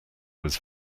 was